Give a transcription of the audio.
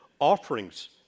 offerings